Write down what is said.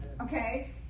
Okay